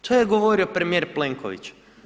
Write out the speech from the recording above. To je govorio premijer Plenković.